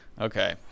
Okay